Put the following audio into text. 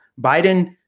Biden